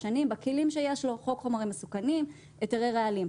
שנים בכלים שיש לו: חוק חומרים מסוכנים והיתרי רעלים.